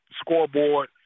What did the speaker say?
scoreboard